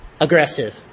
aggressive